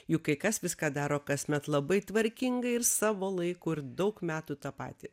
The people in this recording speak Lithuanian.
juk kai kas viską daro kasmet labai tvarkingai ir savo laiku ir daug metų tą patį